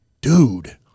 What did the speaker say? dude-